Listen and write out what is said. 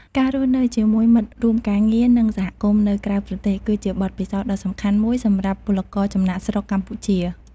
ការរស់នៅជាមួយមិត្តរួមការងារ និងសហគមន៍នៅក្រៅប្រទេស គឺជាបទពិសោធន៍ដ៏សំខាន់មួយសម្រាប់ពលករចំណាកស្រុកកម្ពុជា ។